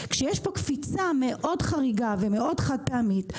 כשיש קפיצה מאוד חריגה ומאוד חד פעמית,